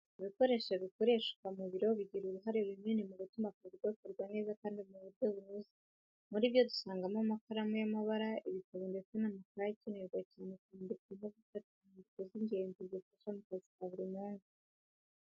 Ibikoresho bikoreshwa mu biro bigira uruhare runini mu gutuma akazi gakorwa neza kandi mu buryo bunoze. Muri byo dusangamo amakaramu y'amabara, ibitabo ndetse n'amakayi akenerwa cyane mu kwandika no gufata inyandiko z'ingenzi zifasha mu kazi ka buri munsi.